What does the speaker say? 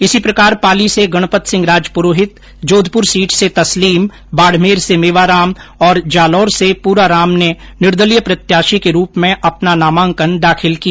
इसी प्रकार पाली से गणपत सिंह राजपुरोहित जोधपुर सीट से तसलीम बाडमेर से मेवाराम और जालोर से पुराराम ने निर्दलीय प्रत्याषी के रूप में अपना नामांकन दाखिल किया